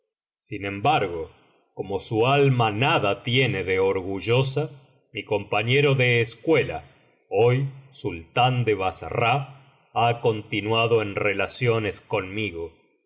sin embargo como su alma nada tiene de orgullosa mi companero de escuela hoy sultán de bassra ha continuado en relaciones conmigo